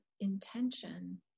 intention